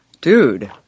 Dude